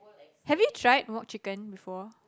have you tried mock chicken before